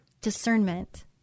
discernment